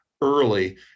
early